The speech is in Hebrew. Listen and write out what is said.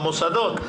במוסדות,